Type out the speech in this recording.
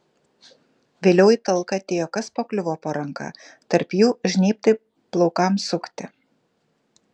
vėliau į talką atėjo kas pakliuvo po ranka tarp jų žnybtai plaukams sukti